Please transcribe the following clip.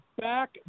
back